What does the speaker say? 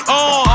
on